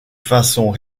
façon